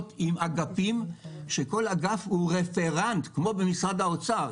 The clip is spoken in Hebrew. עם אגפים כשכל אגף הוא רפרנט כמו במשרד האוצר,